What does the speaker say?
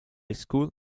school